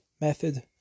method